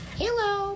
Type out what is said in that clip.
Hello